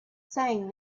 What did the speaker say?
saying